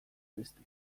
beste